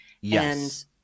Yes